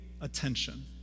attention